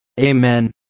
Amen